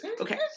okay